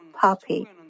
puppy